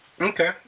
Okay